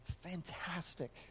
Fantastic